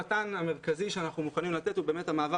המתן המרכזי אותו אנחנו מוכנים לתת הוא באמת המעבר